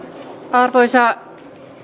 arvoisa